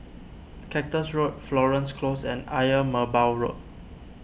Cactus Road Florence Close and Ayer Merbau Road